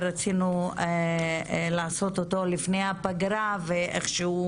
רצינו לעשות אותו לפני הפגרה ואיכשהו